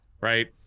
Right